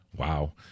Wow